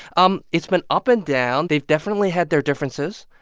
um it's been up and down. they've definitely had their differences.